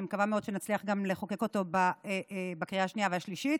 אני מקווה מאוד שנצליח גם לחוקק אותו בקריאה השנייה והשלישית.